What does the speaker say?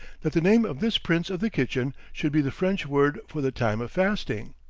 that the name of this prince of the kitchen should be the french word for the time of fasting.